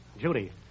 Judy